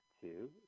two